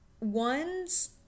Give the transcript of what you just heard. ones